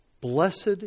Blessed